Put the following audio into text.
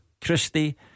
Christie